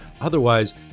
Otherwise